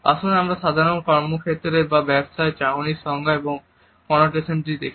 আসুন আমরা সাধারণ কর্মক্ষেত্রের বা ব্যবসায়ের চাহনির সংজ্ঞা এবং কনোটেশনটি দেখি